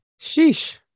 Sheesh